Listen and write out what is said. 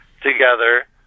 together